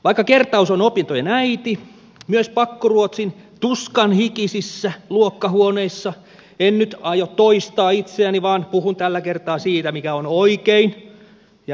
vaikka kertaus on opintojen äiti myös pakkoruotsin tuskanhikisissä luokkahuoneissa en nyt aio toistaa itseäni vaan puhun tällä kertaa siitä mikä on oikein ja mikä ei